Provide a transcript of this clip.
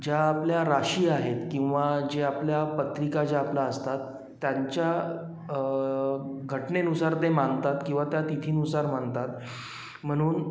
ज्या आपल्या राशी आहेत किंवा ज्या आपल्या पत्रिका ज्या आपलं असतात त्यांच्या घटनेनुसार ते मानतात किंवा त्या तिथीनुसार मानतात म्हणून